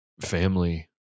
family